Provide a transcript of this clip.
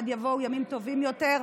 עד יבואו ימים טובים יותר.